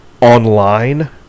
online